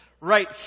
Right